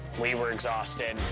we were exhausted,